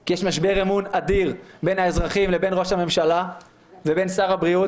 כי יש משבר אמון אדיר בין האזרחים לבין ראש הממשלה ובין שר הבריאות,